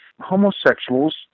Homosexuals